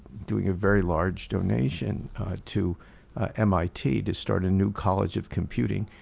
doing a very large donation to mit to start a new college of computing,